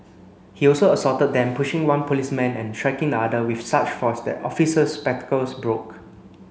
he also assaulted them pushing one policeman and striking the other with such force that the officer's spectacles broke